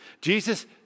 Jesus